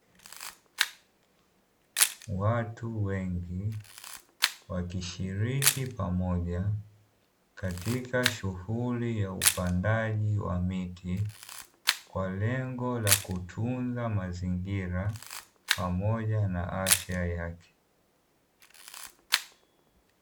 Watu wengi wakishiriki pamoja Katika shughuli ya upandaji wa miti, kwa lengo la kutunza mazingira pamoja na afya yake.